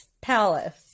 Palace